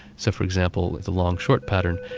so for example the long-short pattern,